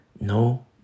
no